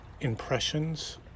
impressions